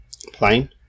plain